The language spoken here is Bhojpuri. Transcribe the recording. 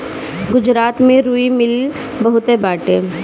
गुजरात में रुई मिल बहुते बाटे